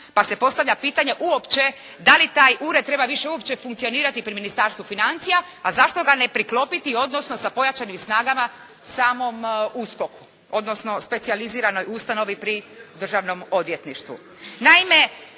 pa se postavlja pitanje uopće da li taj Ured treba više uopće funkcionirati pri Ministarstvu financija, a zašto ga ne priklopiti, odnosno sa pojačanim snagama samom USKOK-u, odnosno specijaliziranoj ustanovi pri Državnom odvjetništvu.